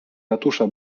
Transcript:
ratusza